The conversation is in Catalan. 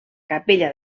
capella